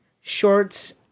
shorts